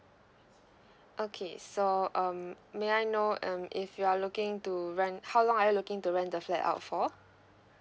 okay so um may I know um if you are looking to rent how long are you looking to rent the flat out for